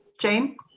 Jane